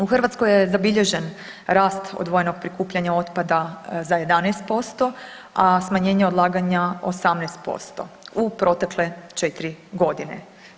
U Hrvatskoj je zabilježen rast odvojenog prikupljanja otpada za 11%, a smanjenje odlaganja 18% u protekle četiri godine.